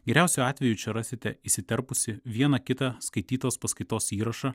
geriausiu atveju čia rasite įsiterpusį vieną kitą skaitytos paskaitos įrašą